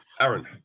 Aaron